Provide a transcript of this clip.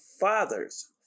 father's